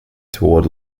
toward